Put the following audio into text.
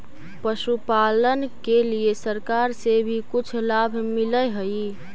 पशुपालन के लिए सरकार से भी कुछ लाभ मिलै हई?